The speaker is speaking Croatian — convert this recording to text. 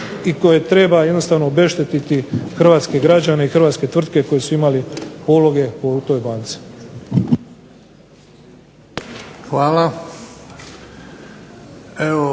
i koje treba jednostavno obeštetiti hrvatske građana i hrvatske tvrtke koji su imali pologe u toj banci.